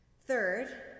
Third